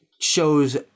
shows –